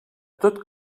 tot